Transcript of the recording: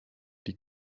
die